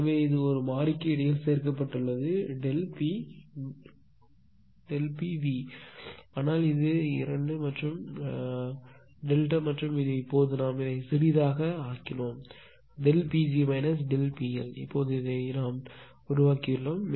எனவே இது ஒரு மாறிக்கு இடையில் சேர்க்கப்பட்டுள்ளது Pv ஆனால் இது 2 மற்றும் டெல்டா மற்றும் இது இப்போது நாம் இதை சிறியதாக ஆக்கினோம் Pg ΔPL இப்போது இதை உருவாக்கியுள்ளோம்